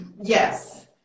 Yes